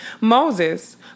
Moses